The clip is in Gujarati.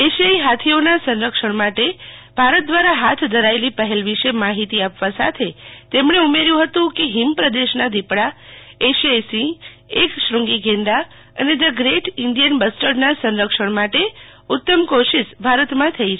એશિયાઇ હાથીઓના સંરક્ષણ માટે ભારત દ્વારા હાથ ધરાયેલી પહેલ વિશે માહિતી આપવા સાથે તેમણે ઉમેર્થું હતું કે હીમપ્રદેશના દીપડા એશિયાઇ સિંહ એક શ્રૃંગી ગેંડા અને ધ ગ્રેટ ઇન્ડિયન બસ્ટર્ડના સંરક્ષણ માટે ઉત્તમ કોશિશ ભારત માં થઈ છે